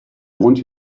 want